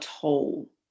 toll